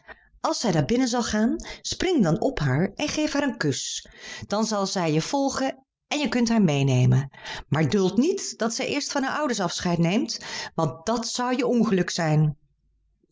als zij daar binnen zal gaan spring dan op haar toe en geef haar een kus dan zal zij je volgen en je kunt haar meênemen maar duld niet dat zij eerst van haar ouders afscheid neemt want dat zou je ongeluk zijn